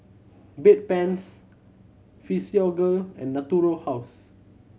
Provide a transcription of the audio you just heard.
Bedpans Physiogel and Natura House